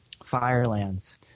Firelands